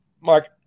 Mark